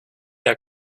der